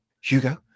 Hugo